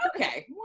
okay